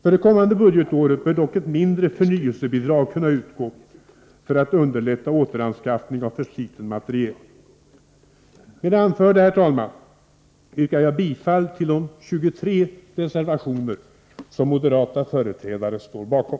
För det kommande budgetåret bör dock ett mindre förnyelsebidrag kunna utgå för att underlätta återanskaffning av försliten materiel. Med det anförda, herr talman, yrkar jag bifall till de 23 reservationerna som moderata företrädare står bakom.